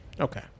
okay